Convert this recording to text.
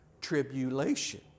tribulation